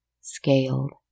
scaled